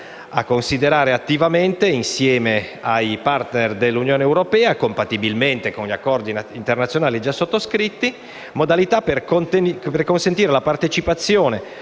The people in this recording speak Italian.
a considerare attivamente, insieme ai *partner* dell'Unione europea, compatibilmente con gli accordi internazionali già sottoscritti, le modalità per consentire la partecipazione